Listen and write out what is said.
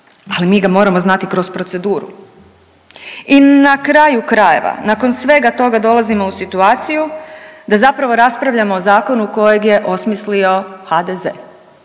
ali mi ga moramo znati kroz proceduru. I na kraju krajeva, nakon svega toga dolazimo u situaciju da zapravo raspravljamo o zakonu kojeg je osmislio HDZ,